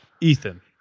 Ethan